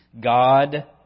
God